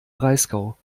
breisgau